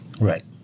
Right